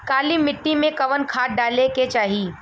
काली मिट्टी में कवन खाद डाले के चाही?